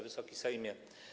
Wysoki Sejmie!